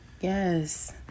Yes